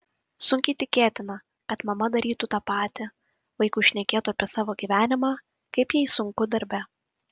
sunkiai tikėtina kad mama darytų tą patį vaikui šnekėtų apie savo gyvenimą kaip jai sunku darbe